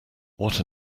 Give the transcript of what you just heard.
what